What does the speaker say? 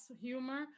humor